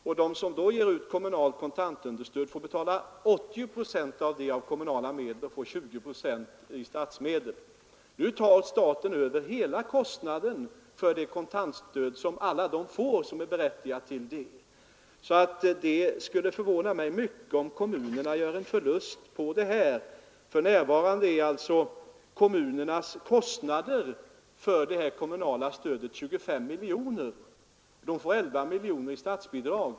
De som då ger ut kommunalt kontantunderstöd får betala 80 procent av detta med kommunala medel, medan de får 20 procent i statsmedel. Staten tar nu över hela kostnaden för det kontantstöd som alla de får, vilka är berättigade därtill. Det skulle därför förvåna mig mycket om kommunerna gör en förlust på detta. För närvarande uppgår kommunernas kostnader för det kommunala stödet till 25 miljoner kronor. De får 11 miljoner kronor i statsbidrag.